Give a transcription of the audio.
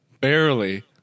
Barely